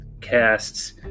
casts